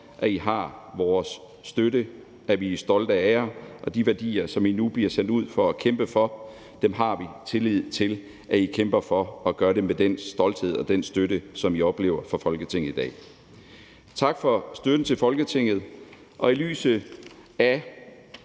at de har vores støtte, og at vi er stolte af dem. Og de værdier, som de nu bliver sendt ud for at kæmpe for, har vi tillid til at de kæmper for, og at de gør det med stolthed og med den støtte, som de oplever fra Folketinget i dag. Tak for støtten til Folketinget, og i lyset af